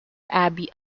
abbey